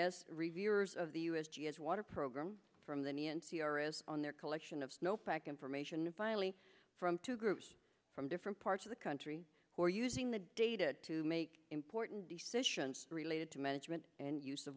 s reviewers of the u s g s water program from the ne and c r s on their collection of snowpack information and finally from two groups from different parts of the country who are using the data to make important decisions related to management and use